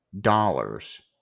dollars